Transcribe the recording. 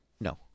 no